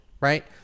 right